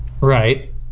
Right